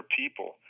people